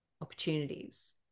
Opportunities